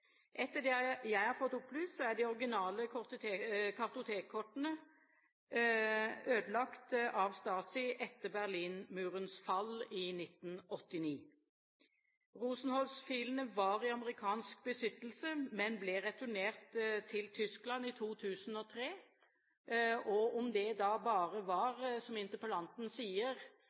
Etter det jeg har fått opplyst, er de originale kartotekkortene ødelagt av Stasi etter Berlinmurens fall i 1989. Rosenholz-filene var i amerikansk besittelse, men ble returnert til Tyskland i 2003. Om det var, som interpellanten